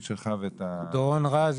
שמי דורון רז,